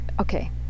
okay